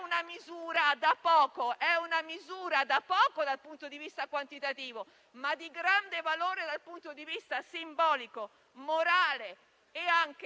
è una misura da poco, lo è forse dal punto di vista quantitativo, ma di grande valore dal punto di vista simbolico, morale e anche